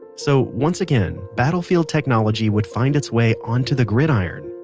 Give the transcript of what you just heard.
so, once again, battlefield technology would find its way onto the gridiron,